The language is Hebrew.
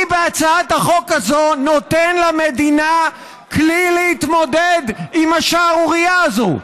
אני בהצעת החוק הזאת נותן למדינה כלי להתמודד עם השערורייה הזאת.